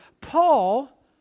Paul